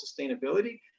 sustainability